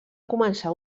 començar